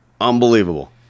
Unbelievable